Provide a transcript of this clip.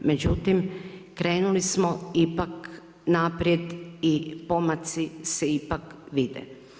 Međutim, krenuli smo ipak naprijed i pomaci se ipak vide.